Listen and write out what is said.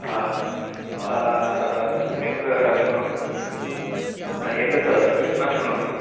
सम्यक् श्रुणु एतत् सम्यक् न श्रुणोति